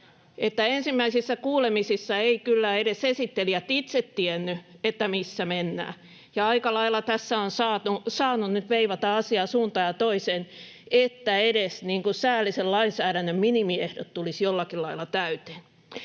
ensimmäisissä kuulemisissa eivät kyllä edes esittelijät itse tienneet, missä mennään, ja aika lailla tässä on saanut nyt veivata asiaa suuntaan ja toiseen, että edes säällisen lainsäädännön minimiehdot tulisivat jollakin lailla täyteen.